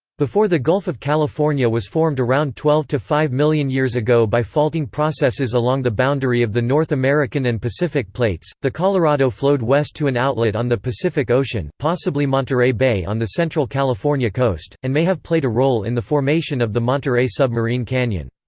before the gulf of california was formed around twelve to five million years ago by faulting processes along the boundary of the north american and pacific plates, the colorado flowed west to an outlet on the pacific ocean possibly monterey bay on the central california coast, and may have played a role in the formation of the monterey submarine canyon.